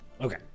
Okay